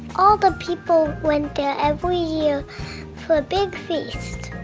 all the people went there every year for a big feast.